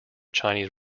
chinese